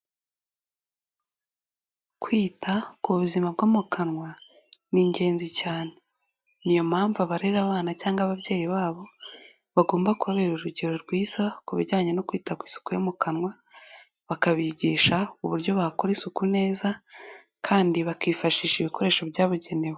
Kwita ku buzima bwo mu kanwa ni ingenzi cyane. Ni iyo mpamvu abarera abana cyangwa ababyeyi babo bagomba kubera urugero rwiza ku bijyanye no kwita ku isuku yo mu kanwa bakabigisha uburyo bakora isuku neza kandi bakifashisha ibikoresho byabugenewe.